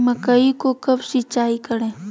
मकई को कब सिंचाई करे?